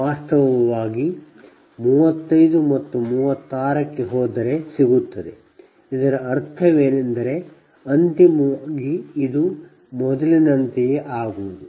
ವಾಸ್ತವವಾಗಿ 35 ಮತ್ತು 36 ಕ್ಕೆ ಹೋದರೆ ಸಿಗುತ್ತದೆ ಇದರ ಅರ್ಥವೇನೆಂದರೆ ಅಂತಿಮವಾಗಿ ಇದು ಮೊದಲಿನಂತೆಯೇ ಆಗುವುದು